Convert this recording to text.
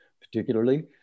particularly